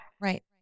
Right